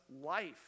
life